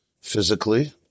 physically